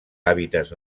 hàbitats